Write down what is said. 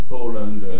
Poland